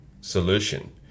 solution